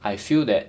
I feel that